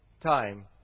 time